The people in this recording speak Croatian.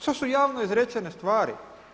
To su javno izrečene stvari.